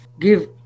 give